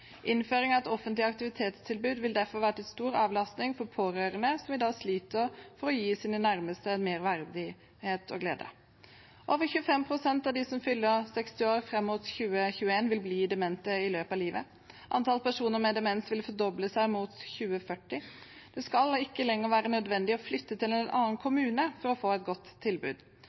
av et offentlig aktivitetstilbud vil derfor være til stor avlastning for pårørende som i dag sliter for å gi sine nærmeste mer verdighet og glede. Over 25 pst. av dem som fyller 60 år fram mot 2021, vil bli demente i løpet av livet. Antallet personer med demens vil fordobles mot 2040. Det skal ikke lenger være nødvendig å flytte til en annen kommune for å få et godt tilbud.